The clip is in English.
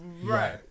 Right